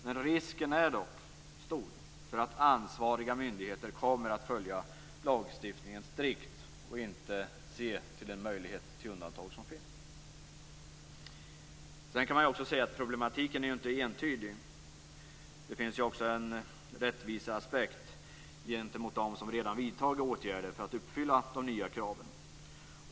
Men risken är dock stor att ansvariga myndigheter kommer att följa lagstiftningen strikt och inte se till de möjligheter till undantag som finns. Problemen är inte entydiga. Det finns också en rättviseaspekt gentemot dem som redan vidtagit åtgärder för att uppfylla de nya kraven.